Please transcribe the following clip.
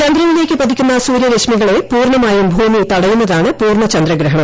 ചന്ദ്രനിലേക്ക് പതിക്കുന്ന സൂര്യ രശ്മികളെ പൂർണമായും ഭൂമി തടയുന്നതാണ് പൂർണ ചന്ദ്രഗ്രഹണം